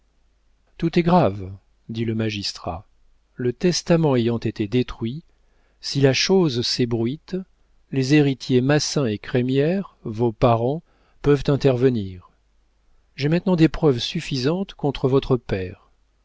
tout est grave dit le magistrat le testament ayant été détruit si la chose s'ébruite les héritiers massin et crémière vos parents peuvent intervenir j'ai maintenant des preuves suffisantes contre votre père